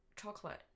Chocolate